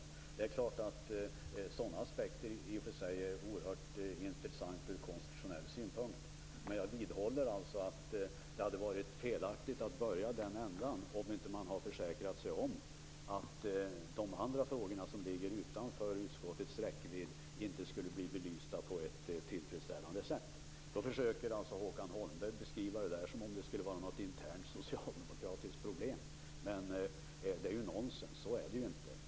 Sådana aspekter är oerhört intressanta ur konstitutionell synpunkt. Men jag vidhåller att det hade varit felaktigt att börja i den änden, utan att försäkra sig om att de frågor som ligger utanför utskottets räckvidd skulle bli belysta på ett tillfredsställande sätt. Håkan Holmberg försöker beskriva detta som om det skulle vara ett slags internt socialdemokratiskt problem. Det är nonsens. Så är det inte.